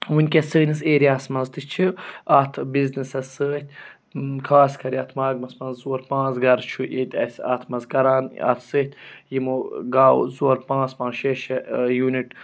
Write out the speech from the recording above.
وٕنۍکٮ۪س سٲنِس ایریاہَس منٛز تہِ چھِ اَتھ بِزنِسَس سۭتۍ خاص کر یَتھ ماگمَس منٛز زٕ ژور پانٛژھ گَرٕ چھُ ییٚتہِ اَسہِ اَتھ منٛز کَران اَتھ سۭتۍ یِمو گاوٕ زٕ ژور پانٛژھ پانٛژھ شےٚ شےٚ یوٗنِٹ